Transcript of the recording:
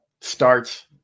starts